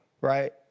right